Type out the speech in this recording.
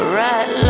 right